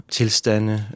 tilstande